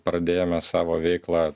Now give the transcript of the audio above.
pradėjome savo veiklą